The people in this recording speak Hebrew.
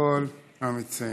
לכל המציעים.